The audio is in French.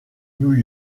new